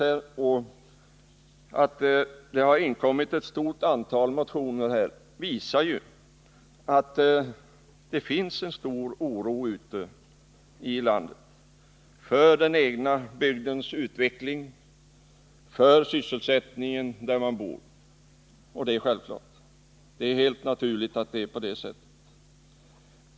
Det förhållandet att det har väckts ett stort antal motioner i dessa frågor visar att det råder stor oro ute i landet för den egna bygdens utveckling, för sysselsättningen på hemorten. Och det är helt naturligt att det är på det sättet.